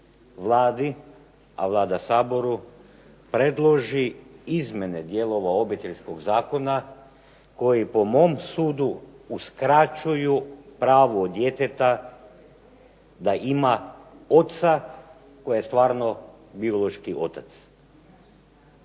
Vladi, a Vlada Saboru predloži izmjene dijelova Obiteljskog zakona koji po mom sudu uskraćuju pravo djeteta da ima oca, tko je stvarno biološki otac.